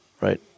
Right